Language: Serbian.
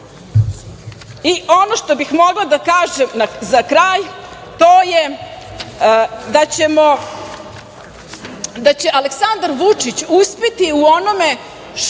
o tome. Ono što bih mogla da kažem za kraj, to je da će Aleksandar Vučić uspeti u onome što